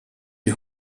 die